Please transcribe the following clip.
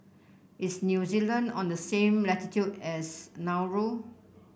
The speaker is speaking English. is New Zealand on the same latitude as Nauru